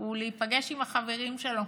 הוא להיפגש עם החברים שלו